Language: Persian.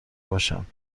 باشم